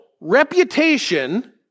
reputation